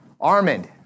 Armand